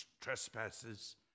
trespasses